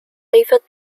david